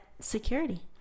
security